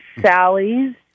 Sally's